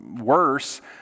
worse